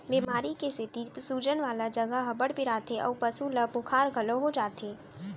बेमारी के सेती सूजन वाला जघा ह बड़ पिराथे अउ पसु ल बुखार घलौ हो जाथे